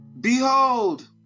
Behold